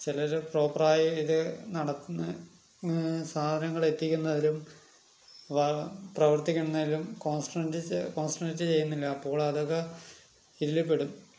ചിലര് പ്രോപ്പറായി ഇത് നടത്തുന്ന സാധനങ്ങള് എത്തിക്കുന്നതിലും വ പ്രവർത്തിക്കുന്നതിലും കോൺസെൻട്രറ്റ് കോൺസെൻട്രേറ്റ് ചെയ്യുന്നില്ല അപ്പോളതൊക്കെ ഇതില് പെടും